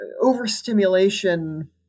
overstimulation